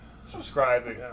subscribing